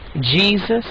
Jesus